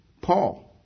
Paul